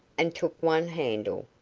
and took one handle,